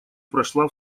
прошла